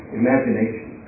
imagination